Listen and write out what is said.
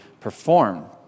perform